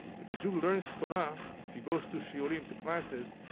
if a jew learns torah, if he goes to shiurim, to classes,